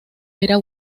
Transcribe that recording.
era